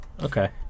Okay